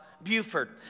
Buford